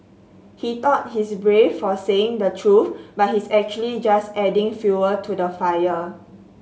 he thought he's brave for saying the truth but he's actually just adding fuel to the fire